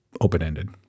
open-ended